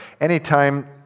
anytime